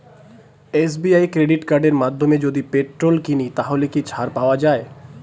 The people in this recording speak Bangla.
এস.বি.আই ক্রেডিট কার্ডের মাধ্যমে যদি পেট্রোল কিনি তাহলে কি ছাড় পাওয়া যায়?